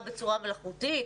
הורדתם את הרמה בצורה מלאכותית?